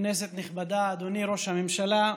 כנסת נכבדה, אדוני ראש הממשלה,